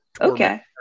Okay